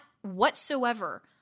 whatsoever